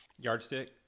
Yardstick